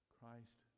Christ